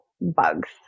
bugs